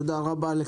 תודה רבה.